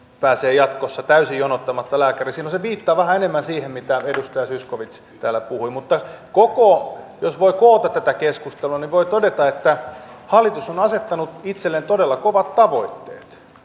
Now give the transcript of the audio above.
pääsee jatkossa täysin jonottamatta lääkäriin silloin se viittaa vähän enemmän siihen mitä edustaja zyskowicz täällä puhui mutta jos voi koota tätä keskustelua niin voi todeta että hallitus on asettanut itselleen todella kovat tavoitteet